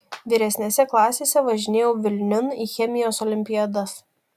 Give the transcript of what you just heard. vyresnėse klasėse važinėjau vilniun į chemijos olimpiadas